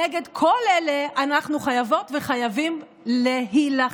נגד כל אלה אנחנו חייבות וחייבים להילחם.